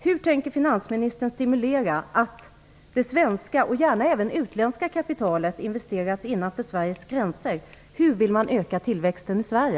Hur tänker finansministern stimulera att det svenska och gärna även det utländska kapitalet investeras innanför Sveriges gränser? Hur vill man öka tillväxten i Sverige?